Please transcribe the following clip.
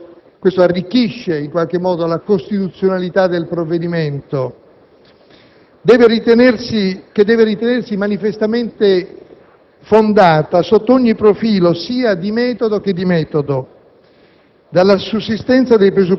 forniture di energia. Ciò arricchisce, in qualche modo, la costituzionalità del provvedimento, che deve ritenersi manifestamente fondata sotto ogni profilo, sia di metodo che di merito: